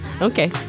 Okay